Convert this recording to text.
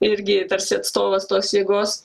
irgi tarsi atstovas tos jėgos